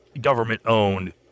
government-owned